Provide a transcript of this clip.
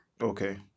Okay